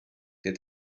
der